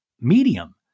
Medium